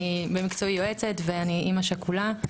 אני יועצת במקצועי, ואני אימא שכולה.